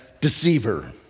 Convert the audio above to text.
deceiver